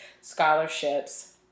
scholarships